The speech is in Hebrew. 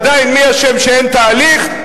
עדיין, מי אשם שאין תהליך?